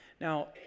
Now